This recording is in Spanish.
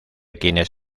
quienes